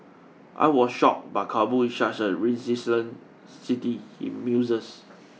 I was shocked but Kabul is such a resilient city he muses